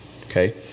Okay